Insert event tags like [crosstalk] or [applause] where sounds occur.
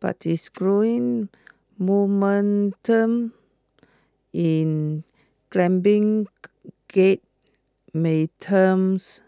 but its growing momentum in [unintelligible] gear may terms